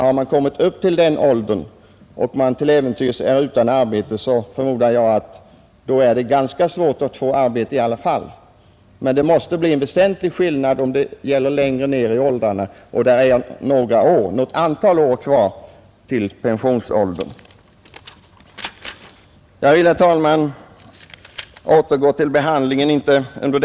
Har man kommit upp i den åldern 83 och till äventyrs är utan arbete, förmodar jag att det är ganska svårt att få arbete i alla fall. Men det måste bli en väsentlig skillnad längre ned i åldrarna, där man har ett antal år kvar till pensioneringen. Jag vill, herr talman, återgå till utskottsbehandlingen av frågan.